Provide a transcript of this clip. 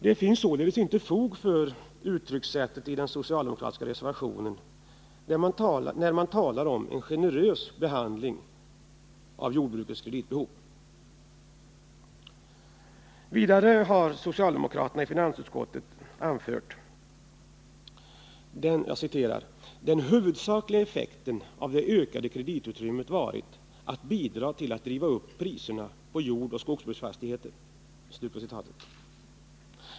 Det finns således inte fog för uttryckssättet i den socialdemokratiska reservationen, där man talar om en generös behandling av jordbrukets kreditbehov. Vidare har socialdemokraterna i finansutskottet anfört att ”den huvudsakliga effekten av det ökade kreditutrymmet varit att bidra till att driva upp priserna på jordbruksoch skogsbruksfastigheter”.